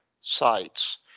sites